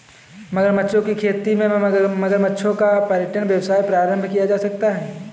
मगरमच्छों की खेती से मगरमच्छों का पर्यटन व्यवसाय प्रारंभ किया जा सकता है